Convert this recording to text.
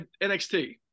NXT